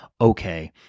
okay